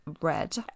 Red